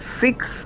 six